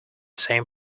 same